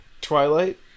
Twilight